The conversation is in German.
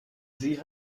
sie